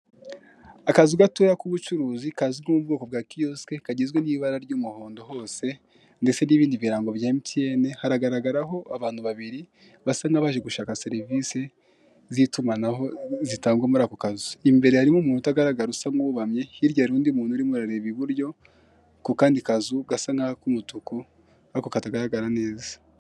Akazu gatoya k'ubucuruzi kazwi nk'ubwoko bwa kiyosike, kagizwe n'ibara ry'umuhondo hose ndetse n'ibindi birango bya Emutiyeni. Haragaragaraho abantu babiri, basa n'abaje gushaka serivisi z'itumanaho zitangwa muri ako kazu. Imbere harimo umjntu utagaragara usa nk'uwubamye, hirya hari undi umuntu urimo urareba iburyo, ku kandi kazu gasa nk'ak'umutuku ariko katagaragara neza.